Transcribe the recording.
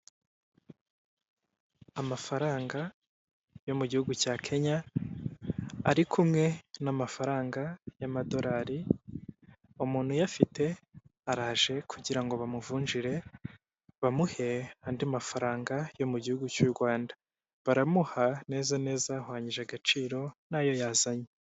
Amafaranga yo mu gihugu cya Kenya ari kumwe n'amafaranga y'amadorari, umuntu uyafite araje kugira ngo bamuvunjire, bamuhe andi mafaranga yo mu gihugu cy'u Rwanda. Baramuha neza neza ahwanyije agaciro n'ayo yazanye.